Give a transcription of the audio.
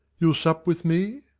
you'll sup with me?